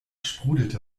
sprudelte